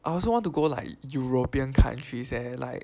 I also want to go like European countries leh like